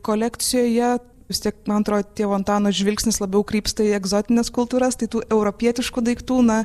kolekcijoje vis tiek man atrodo tėvo antano žvilgsnis labiau krypsta į egzotines kultūras tai tų europietiškų daiktų na